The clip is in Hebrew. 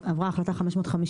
עברה החלטה 550,